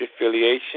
affiliation